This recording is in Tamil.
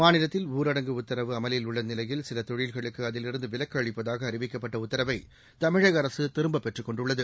மாநிலத்தில் ஊரடங்கு உத்தரவு அமலில் உள்ள நிலையில் சில தொழில்களுக்கு அதிலிருந்து விலக்கு அளிப்பதாக அறிவிக்கப்பட்ட உத்தரவை தமிழக அரசு திரும்ப பெற்றுக் கொண்டுள்ளது